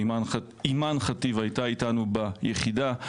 הייתה אתנו ביחידה,